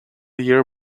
year